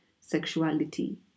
sexuality